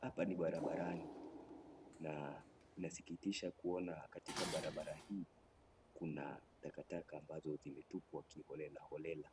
Hapa ni barabarani na inasikitisha kuona katika barabara hii kuna takataka ambazo zimetupwa kiholela holela